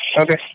Okay